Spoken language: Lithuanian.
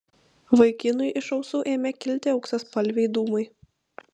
vaikinui iš ausų ėmė kilti auksaspalviai dūmai